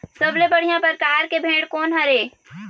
सबले बढ़िया परकार के भेड़ कोन हर ये?